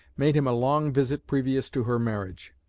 made him a long visit previous to her marriage.